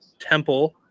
Temple